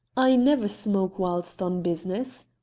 i never smoke whilst on business,